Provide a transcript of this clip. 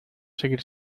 seguir